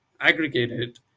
aggregated